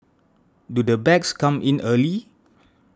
do the bags come in early